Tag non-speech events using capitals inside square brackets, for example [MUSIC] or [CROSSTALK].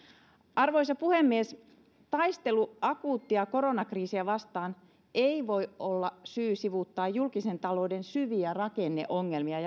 arvoisa puhemies taistelu akuuttia koronakriisiä vastaan ei voi olla syy sivuuttaa julkisen talouden syviä rakenneongelmia [UNINTELLIGIBLE]